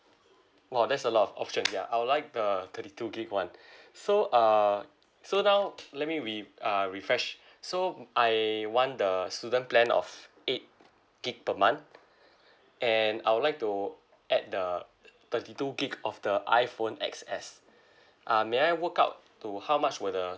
!wow! that's a lot of option ya I would like the thirty two gig [one] so uh so now let me re~ uh refresh so mm I want the student plan of eight gig per month and I would like to add the thirty two gig of the iphone X_S uh may I work out to how much were the